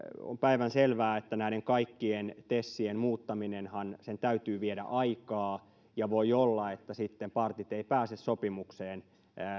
on päivänselvää että näiden kaikkien tesien muuttamisenhan täytyy viedä aikaa ja voi olla että sitten partit eivät pääse sopimukseen